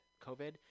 COVID